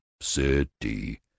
City